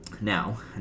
Now